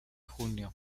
junio